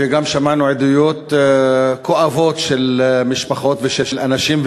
וגם שמענו עדויות כואבות של משפחות ושל אנשים,